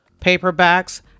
paperbacks